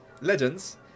legends